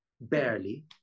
barely